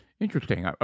Interesting